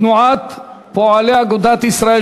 תנועת פועלי אגודת ישראל,